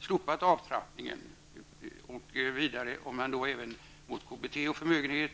slopar avtrappningen. Därtill kommer ytterligare 0,8 miljarder genom avtrappningen av KBT på grund av förmögenhet.